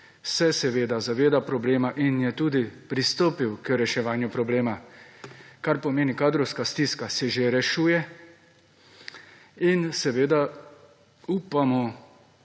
se seveda zaveda problema in je tudi pristopil k reševanju problema, kar pomeni, kadrovska stiska se že rešuje in seveda, upamo,